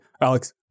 Alex